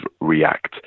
react